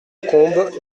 combes